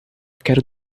quero